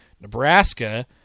Nebraska